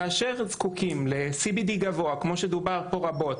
כאשר זקוקים ל-CBD גבוה, כמו שדובר פה רבות,